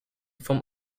from